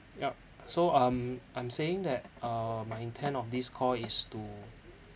yup so um I'm saying that uh my intent of this call is to